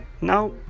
now